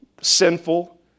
sinful